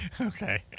Okay